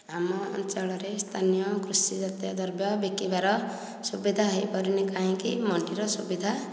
ଆମ ଅଞ୍ଚଳରେ ସ୍ଥାନୀୟ କୃଷି ଜାତୀୟ ଦ୍ରବ୍ୟ ବିକିବାର ସୁବିଧା ହୋଇପାରୁନି କାହିଁକି ମଣ୍ଡିର ସୁବିଧା